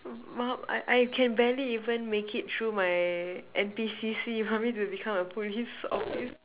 mom I I can barely even make it through my N_P_C_C you want me to become a police officer